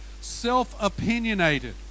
self-opinionated